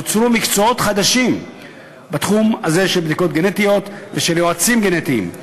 נוצרו מקצועות חדשים בתחום הזה של בדיקות גנטיות ושל יועצים גנטיים.